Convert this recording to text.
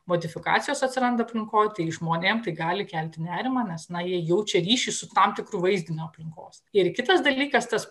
modifikacijos atsiranda aplinkoj tai žmonėm tai gali kelti nerimą nes na jie jaučia ryšį su tam tikru vaizdiniu aplinkos ir kitas dalykas tas